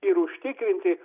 ir užtikrinti